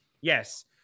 Yes